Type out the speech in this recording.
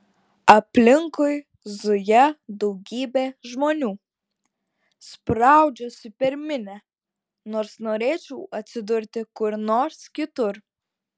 aplinkui zuja daugybė žmonių spraudžiuosi per minią nors norėčiau atsidurti kur nors kitur